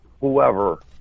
whoever